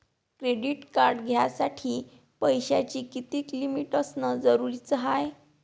Credit card घ्यासाठी पैशाची कितीक लिमिट असनं जरुरीच हाय?